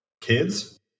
kids